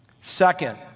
Second